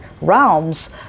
realms